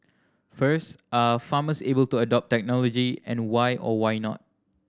first are farmers able to adopt technology and why or why not